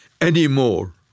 anymore